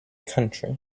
country